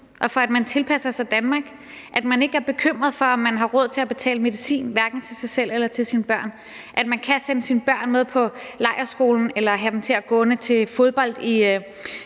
og for, at man kan tilpasse sig Danmark, at man ikke er bekymret for, om man har råd til at betale medicin til sig selv eller til sine børn; at man kan sende sine børn med på lejrskole, eller at de kan gå til fodbold i